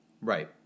Right